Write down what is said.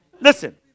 Listen